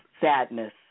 sadness